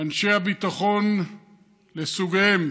אנשי הביטחון לסוגיהם: